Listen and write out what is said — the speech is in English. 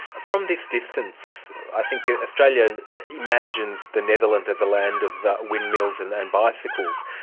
from this distance i think australia and imagines the netherlands as a land of windmills and and bicycles,